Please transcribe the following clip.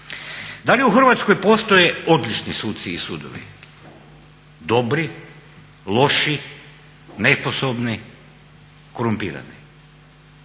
Da li u Hrvatskoj postoje odlični suci i sudovi, dobri, loši, nesposobni, korumpirani?